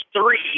three